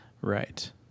Right